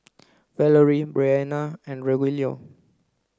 Valorie Bryanna and Rogelio